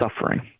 suffering